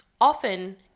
often